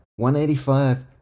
185